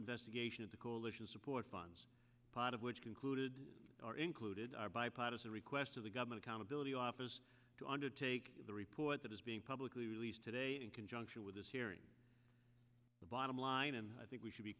investigation at the coalition support funds part of which concluded our include did our bipartisan request of the government accountability office to undertake the report that is being publicly released today in conjunction with this hearing the bottom line and i think we should be